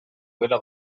gela